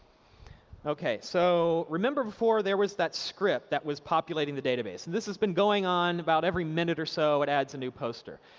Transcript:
so remember before, there was that script that was populating the database. this has been going on about every minute or so, it adds a new poster.